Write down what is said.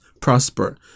prosper